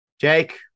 Jake